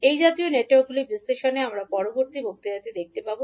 এই জাতীয় নেটওয়ার্কগুলির বিশ্লেষণ আমরা পরবর্তী বক্তৃতাটি দেখতে পাব